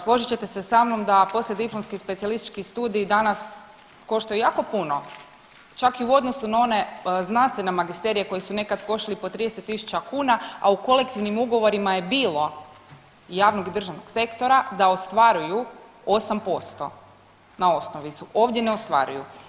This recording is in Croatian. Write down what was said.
Složit ćete se sa mnom da poslijediplomski specijalistički studiji danas koštaju jako puno, čak i u odnosu na one znanstvene magisterije koji su nekad koštali po 30 tisuća kuna, a u kolektivnim ugovorima je bilo javnog i državnog sektora da ostvaruju 8% na osnovicu, ovdje ne ostvaruju.